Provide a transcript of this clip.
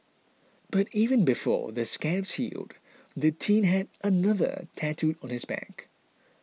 but even before the scabs healed the teen had another tattooed on his back